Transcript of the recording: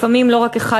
לפעמים לא רק אחד,